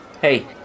Hey